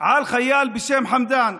על חייל בשם חמדאן.